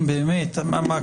כי